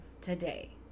today